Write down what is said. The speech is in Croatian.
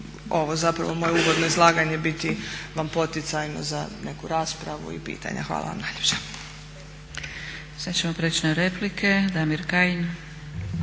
ovo zapravo moje uvodno izlaganje biti vam poticajno za neku raspravu i pitanja. Hvala vam najljepša. **Zgrebec, Dragica (SDP)** Sada ćemo preći na replike. Damir Kajin.